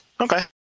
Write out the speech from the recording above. Okay